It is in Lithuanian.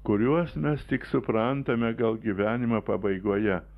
kuriuos mes tik suprantame gal gyvenimo pabaigoje